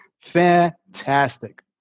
Fantastic